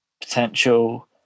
potential